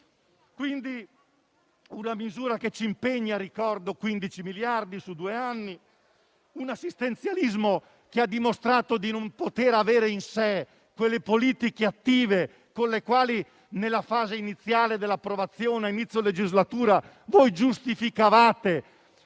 di una misura che impegna 15 miliardi su due anni, di un assistenzialismo che ha dimostrato di non poter avere in sé quelle politiche attive con le quali nella fase iniziale dell'approvazione, a inizio legislatura, voi giustificavate